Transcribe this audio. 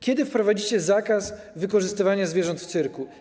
Kiedy wprowadzicie zakaz wykorzystywania zwierząt w cyrku?